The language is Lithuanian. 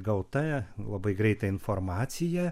gauta labai greita informacija